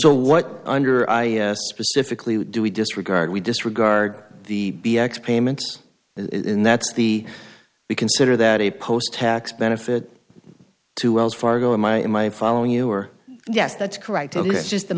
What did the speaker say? so what under i specifically do we disregard we disregard the b x payments in that's the we consider that a post tax benefit to wells fargo in my in my following you are yes that's correct it's just the